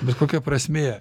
bet kokia prasmė